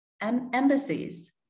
embassies